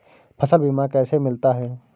फसल बीमा कैसे मिलता है?